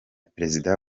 perezida